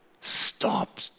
Stop